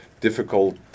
difficult